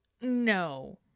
no